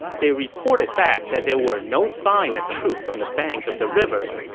they reported back that there were no sign of troops on the bank of the river,